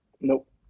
Nope